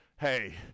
hey